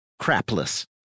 crapless